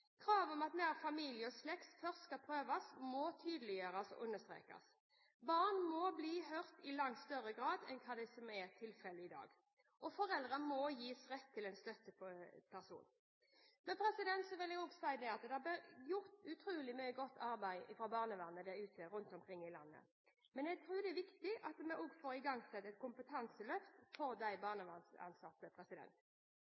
Kravet om at nær familie og slekt først skal prøves, må tydeliggjøres og understrekes. Barn må bli hørt i langt større grad enn hva som er tilfellet i dag, og foreldre må gis rett til en støtteperson. Så vil jeg også si at det blir gjort utrolig mye godt arbeid fra barnevernet der ute rundt omkring i landet. Men jeg tror det er viktig at vi også får igangsatt et kompetanseløft for de